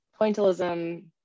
pointillism